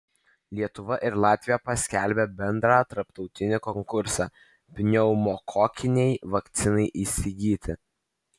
lietuva ir latvija paskelbė bendrą tarptautinį konkursą pneumokokinei vakcinai įsigyti